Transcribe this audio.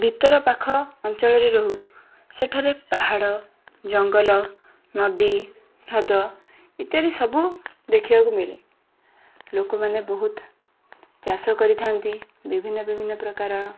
ଭିତର ପାଖ ଅଞ୍ଚଳରେ ରହୁ ସେଠାରେ ପାହାଡ଼ ଜଙ୍ଗଲ ନଦୀ ହ୍ରଦ ଇତ୍ୟାଦି ସବୁ ଦେଖିବାକୁ ମିଳେ ଲୋକମାନେ ବହୁତ ଚାଷ କରିଥାନ୍ତି ବିଭିନ୍ନ ବିଭିନ୍ନ ପ୍ରକାରର